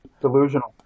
delusional